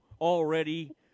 already